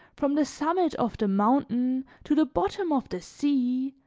from the summit of the mountain to the bottom of the sea,